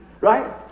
Right